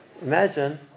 Imagine